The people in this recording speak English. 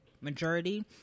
majority